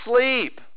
sleep